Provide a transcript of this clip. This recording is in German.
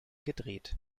gedreht